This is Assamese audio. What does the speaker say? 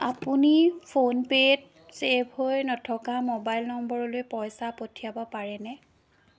আপুনি ফোনপে'ত ছে'ভ হৈ নথকা ম'বাইল নম্বৰলৈ পইচা পঠিয়াব পাৰেনে